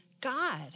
God